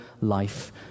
life